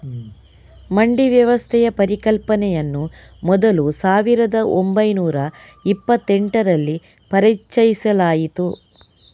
ಮಂಡಿ ವ್ಯವಸ್ಥೆಯ ಪರಿಕಲ್ಪನೆಯನ್ನು ಮೊದಲು ಸಾವಿರದ ಓಂಬೈನೂರ ಇಪ್ಪತ್ತೆಂಟರಲ್ಲಿ ಪರಿಚಯಿಸಲಾಯಿತು